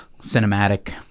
cinematic